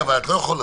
אבל את לא יכולה